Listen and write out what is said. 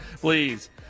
Please